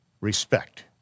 respect